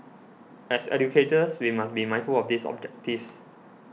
as educators we must be mindful of these objectives